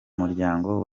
muryango